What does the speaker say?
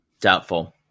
Doubtful